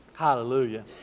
Hallelujah